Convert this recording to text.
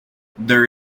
there